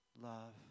love